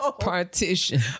partition